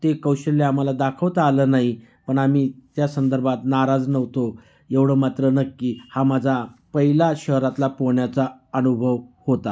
ते कौशल्य आम्हाला दाखवता आलं नाही पण आम्ही त्या संदर्भात नाराज नव्हतो एवढं मात्र नक्की हा माझा पहिला शहरातला पोहण्याचा अनुभव होता